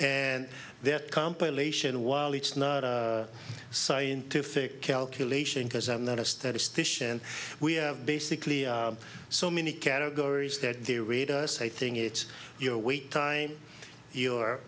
and there compilation while it's not a scientific calculation because i'm not a statistician we have basically so many categories that they rate us a thing it's your wait time your